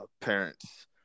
parents